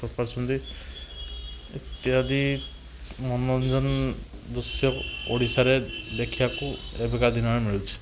କରିପାରୁଛନ୍ତି ଇତ୍ୟାଦି ମନୋରଞ୍ଜନ ଦୃଶ୍ୟ ଓଡ଼ିଶାରେ ଦେଖିବାକୁ ଏବେକା ଦିନରେ ମିଳୁଛି